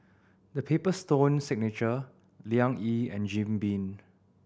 The Paper Stone Signature Liang Yi and Jim Beam